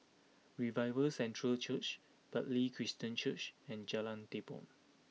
Revival Centre Church Bartley Christian Church and Jalan Tepong